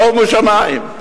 שומו שמים.